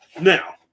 Now